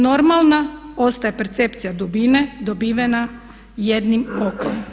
Normalna ostaje percepcija dubine dobivena jednim okom.